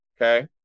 okay